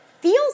feels